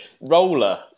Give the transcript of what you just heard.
roller